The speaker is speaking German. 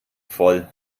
voll